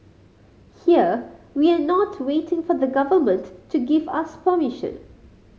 here we are not waiting for the Government to give us permission